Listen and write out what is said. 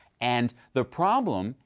and the problem,